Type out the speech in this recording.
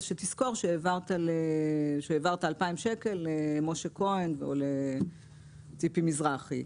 שיזכור שהוא העביר 2,000 שקלים למשה כהן או לציפי מזרחי.